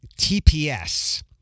TPS